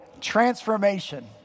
transformation